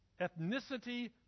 ethnicity